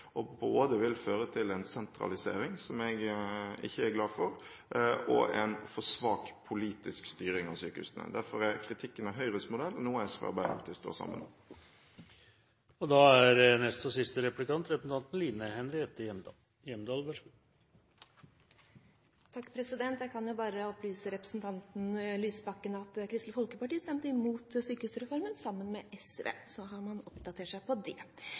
til både en sentralisering – som jeg ikke er glad for – og en for svak politisk styring av sykehusene. Derfor er kritikken av Høyres modell, noe SV og Arbeiderpartiet står sammen om. Jeg kan opplyse representanten Lysbakken om at Kristelig Folkeparti stemte imot sykehusreformen, sammen med SV. Da er man oppdatert på det.